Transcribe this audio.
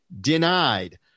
denied